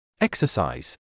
Exercise